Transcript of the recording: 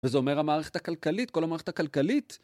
וזה אומר, המערכת הכלכלית, כל המערכת הכלכלית...